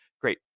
Great